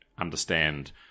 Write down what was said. understand